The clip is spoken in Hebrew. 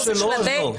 לא.